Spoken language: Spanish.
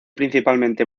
principalmente